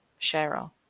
Cheryl